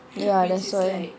ya that's why